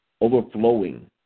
overflowing